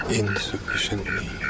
insufficiently